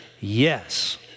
yes